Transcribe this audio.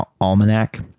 Almanac